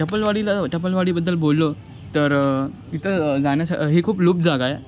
टपलवाडीला टपलवाडीबद्दल बोललो तर तिथं जाण्यास हे खूप लुप्त जागा आहे